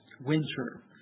winter